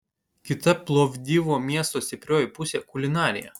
kita plovdivo miesto stiprioji pusė kulinarija